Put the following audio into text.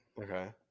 Okay